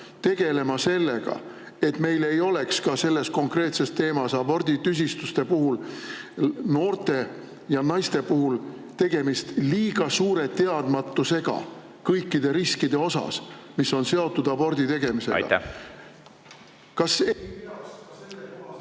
tegelema sellega, et meil ei oleks selle konkreetse teema puhul – aborditüsistuste puhul, noorte naiste puhul – tegemist suure teadmatusega kõikidest riskidest, mis on seotud abordi tegemisega? Aitäh! No ma